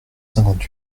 cinquante